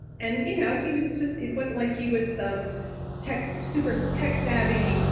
and you know he was just it wasn't like he was some tech, so super so tech savvy,